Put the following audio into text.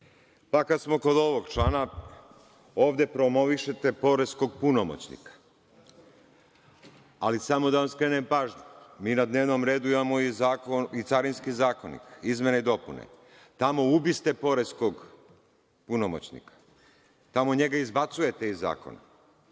Pa kad smo kod ovog člana, ovde promovišete poreskog punomoćnika, ali samo da vam skrenem pažnju. Mi na dnevnom redu imamo i carinski zakonik, izmene i dopune. Tamo ubiste poreskog punomoćnika, tamo njega izbacujete iz zakona.